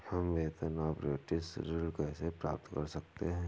हम वेतन अपरेंटिस ऋण कैसे प्राप्त कर सकते हैं?